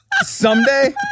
Someday